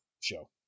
show